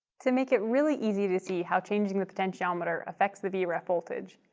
to make it really easy to see how changing the potentiometer affects the the vref voltage,